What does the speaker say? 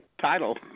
Title